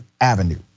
Avenue